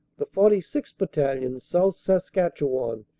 the forty sixth. battalion, south saskatchewan,